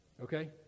Okay